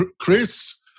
Chris